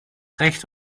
recht